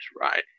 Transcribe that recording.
right